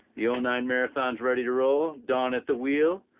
the ah nine marathon's ready to roll, dawn at the wheel,